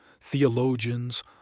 theologians